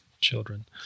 children